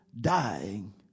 dying